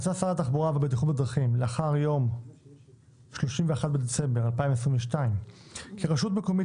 מצא שר התחבורה ובטיחות בדרכים לאחר יום 31 בדצמבר 2022 כי רשות מקומית